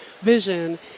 vision